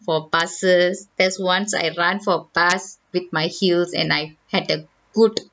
for buses there's once I run for bus with my heels and I had a good